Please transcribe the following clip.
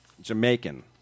Jamaican